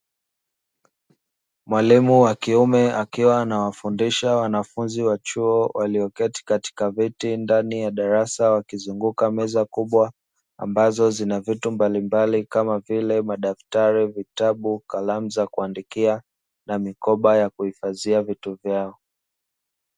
Mwalimu wa kiume akiwa anawafundisha wanafunzi wa chuo walioketi katika viti ndani ya darasa wakizunguka meza kubwa ambazo zina vitu mbalimbali kama vile madaftari, vitabu, kalamu za kuandikia na mikoba ya kuhifadhia vitu vyao.